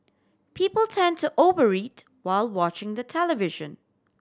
people tend to over eat while watching the television